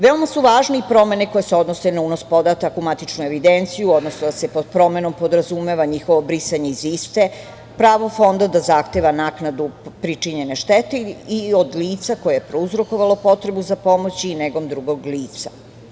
Veoma su važne i promene koje se odnose na unos podataka u matičnu evidenciju, odnosno da se pod promenom podrazumeva njihovo brisanje iz ste, pravo Fonda da zahteva naknadu pričinjene štete i od lica koje je prouzrokovalo potrebu za pomoći i negom drugog lica.